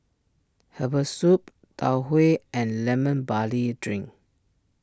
Herbal Soup Tau Huay and Lemon Barley Drink